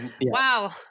Wow